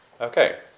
Okay